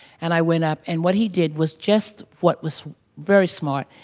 and i went up and what he did was just what was very smart.